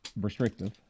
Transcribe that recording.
restrictive